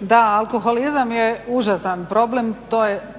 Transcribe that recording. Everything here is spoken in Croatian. Da alkoholizam je užasan problem,